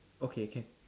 okay can